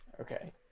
okay